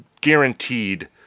guaranteed